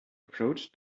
approached